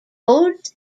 odes